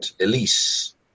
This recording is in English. Elise